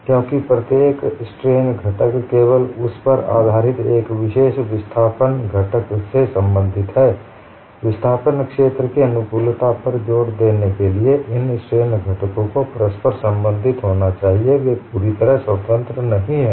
क्योंकि प्रत्येक स्ट्रेन घटक केवल उस पर आधारित एक विशेष विस्थापन घटक से संबंधित है विस्थापन क्षेत्र की अनुकूलता पर जोर देने के लिए इन स्ट्रेन घटकों को परस्पर संबंधित होना चाहिए वे पूरी तरह से स्वतंत्र नहीं हैं